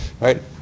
right